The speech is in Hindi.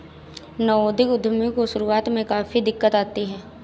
नवोदित उद्यमी को शुरुआत में काफी दिक्कत आती है